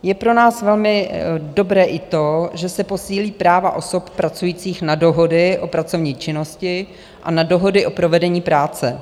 Je pro nás velmi dobré i to, že se posílí práva osob pracujících na dohody o pracovní činnosti a na dohody o provedení práce.